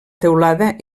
teulada